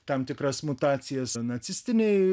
tam tikras mutacijas nacistinei